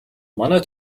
манай